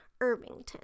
Irvington